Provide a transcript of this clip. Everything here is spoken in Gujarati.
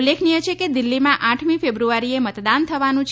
ઉલ્લેખનીય છે કે દિલ્ફીમાં આઠમી ફેબ્રુઆરીએ મતદાન થવાનું છે